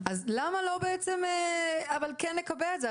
אז למה לא בעצם אבל כן לקבל את זה?